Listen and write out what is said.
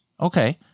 Okay